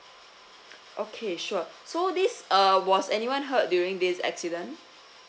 okay sure so this uh was anyone hurt during this accident